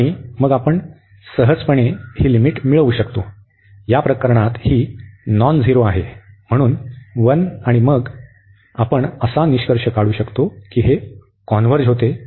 आणि मग आपण सहजपणे ही लिमिट मिळवू शकतो या प्रकरणात ही नॉन झिरो आहे म्हणून 1 आणि मग आपण असा निष्कर्ष काढू शकतो की ही कॉन्व्हर्ज होते